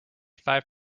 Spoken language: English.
five